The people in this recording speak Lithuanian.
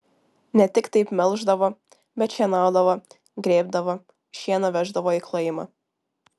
ne tik taip melždavo bet šienaudavo grėbdavo šieną veždavo į klojimą